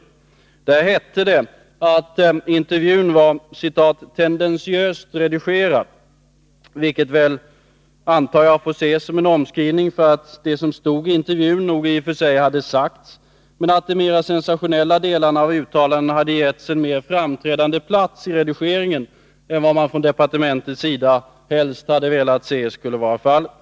I det hette det att intervjun var ”tendentiöst redigerad”, vilket jag antar får ses som en omskrivning för att det som stod i intervjun nog i och för sig hade sagts men att de mera sensationella delarna av uttalandena hade getts en mer Nr 31 framträdande plats vid redigeringen än vad man från departementets sida Måndagen den helst hade velat se skulle vara fallet.